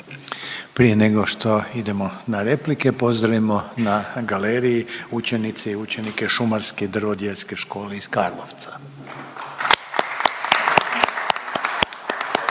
Prije nego što idemo na replike pozdravimo na galeriji učenice i učenike Šumarske i drvodjelske škole iz Karlovca.